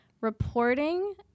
reporting